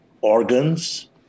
organs